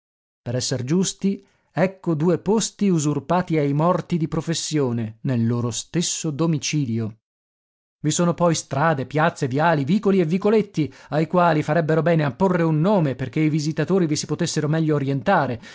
per esser giusti ecco due posti usurpati ai morti di professione nel loro stesso domicilio i sono poi strade piazze viali vicoli e vicoletti ai quali farebbero bene a porre un nome perché i visitatori vi si potessero meglio orientare